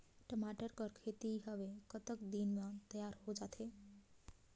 टमाटर कर खेती हवे कतका दिन म तियार हो जाथे?